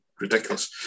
ridiculous